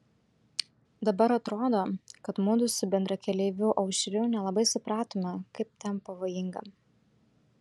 dabar atrodo kad mudu su bendrakeleiviu aušriu nelabai supratome kaip ten pavojinga